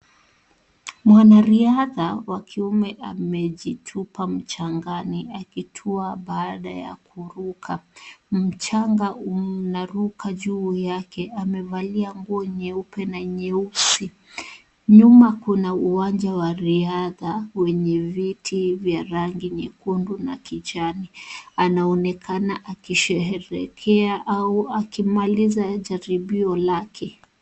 Mwanariadha wa kiume amejitupa mchangani akitua baada ya kuruka. Mchanga unaruka juu yake. Amevalia nguo nyeupe na nyeusi. Nyuma Kuna uwanja wa riadha wenye viti vya rangi nyekundu na kijani. Anaonekana akisherehekea au akimaliza jaribio lake